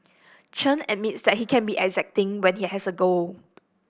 Chen admits that he can be exacting when he has a goal